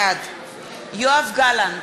בעד יואב גלנט,